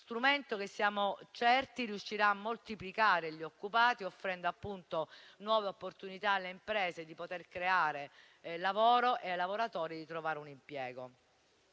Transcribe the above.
strumento riuscirà a moltiplicare gli occupati, offrendo nuove opportunità alle imprese di creare lavoro e ai lavoratori di trovare un impiego.